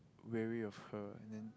weary of her and then